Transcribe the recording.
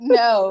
no